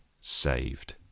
saved